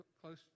close